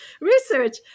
research